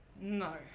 No